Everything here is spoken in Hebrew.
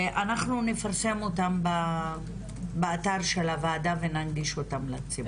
ואנחנו נפרסם אותם באתר של הוועדה וננגיש אותם לציבור.